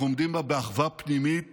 אנחנו עומדים בה באחווה פנימית,